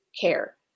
care